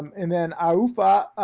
and then aufa,